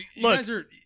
Look